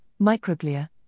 microglia